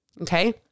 okay